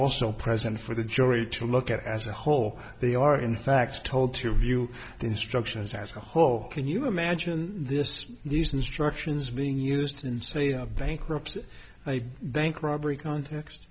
also present for the jury to look at as a whole they are in fact told to review the instructions as a whole can you imagine this these instructions being used in say a bankruptcy a bank robbery context